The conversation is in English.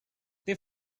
they